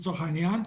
לצורך העניין,